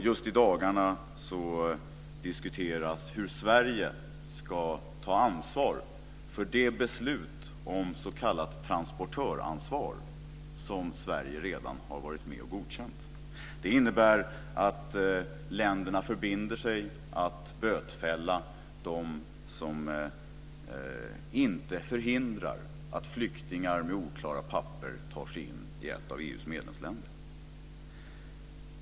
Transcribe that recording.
Just i dagarna diskuteras hur Sverige ska ta ansvar för det beslut om s.k. transportörsansvar som Sverige redan har varit med om att godkänna. Det innebär att länderna förbinder sig att bötfälla dem som inte förhindrar att flyktingar med oklara papper tar sig in i ett av EU:s medlemsländer.